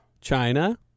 China